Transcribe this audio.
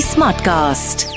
Smartcast